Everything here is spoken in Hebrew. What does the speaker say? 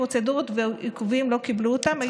פרוצדורות ועיכובים הם לא קיבלו אותם.